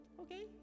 Okay